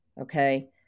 Okay